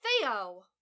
Theo